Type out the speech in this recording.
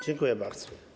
Dziękuję bardzo.